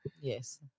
yes